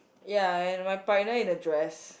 ya and my partner in a dress